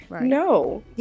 No